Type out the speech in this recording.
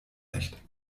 nicht